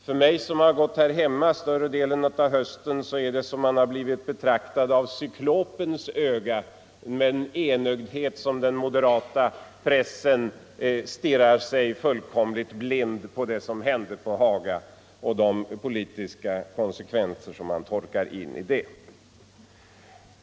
För mig som gått här hemma större delen av hösten är det som om man blivit betraktad av cyklopens öga, med tanke på enögdheten hos den moderata pressen när den stirrar sig fullständigt blind efter det som hände på Haga och de politiska konsekvenser som man tolkar in i det.